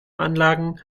anlagen